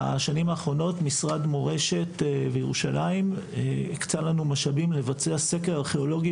בשנים האחרונות משרד מורשת וירושלים הקצה לנו משאבים לבצע סקר ארכיאולוגי